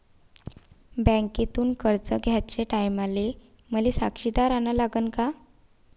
बँकेतून कर्ज घ्याचे टायमाले मले साक्षीदार अन लागन का?